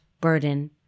burden